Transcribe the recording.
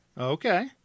Okay